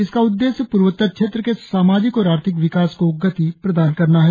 इनका उद्देश्य पूर्वोत्तर क्षेत्र के सामाजिक और आर्थिक विकास को गति प्रदान करना है